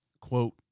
quote